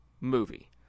movie